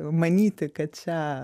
manyti kad čia